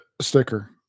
sticker